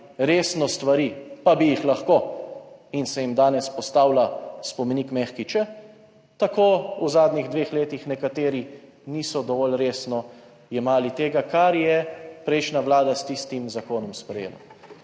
resno stvari, pa bi jih lahko, in se jim danes postavlja spomenik »mehki č«, tako v zadnjih dveh letih nekateri niso dovolj resno jemali tega, kar je prejšnja Vlada s tistim zakonom sprejela.